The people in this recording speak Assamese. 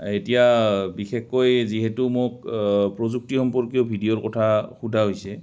এতিয়া বিশেষকৈ যিহেতু মোক প্ৰযুক্তি সম্পৰ্কীয় ভিডিঅ'ৰ কথা সুধা হৈছে